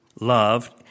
love